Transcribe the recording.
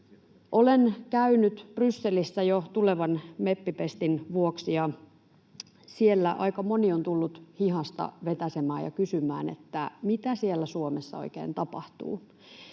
Olen käynyt jo Brysselissä tulevan meppipestini vuoksi. Siellä aika moni on tullut hihasta vetäisemään ja kysymään, mitä siellä Suomessa oikein tapahtuu.